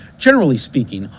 generally speaking,